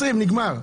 20' נגמר.